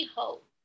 hope